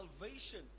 salvation